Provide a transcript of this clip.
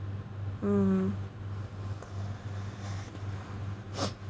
mm